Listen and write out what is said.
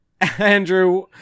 Andrew